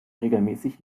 regelmäßig